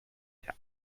der